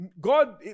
God